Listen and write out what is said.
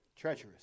Treacherous